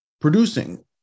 producing